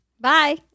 bye